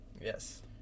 Yes